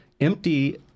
empty